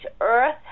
earth